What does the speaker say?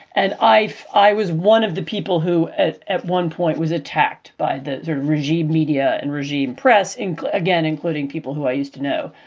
and i i was one of the people who at at one point was attacked by the regime, media and regime press and again, including people who i used to know.